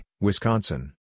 Wisconsin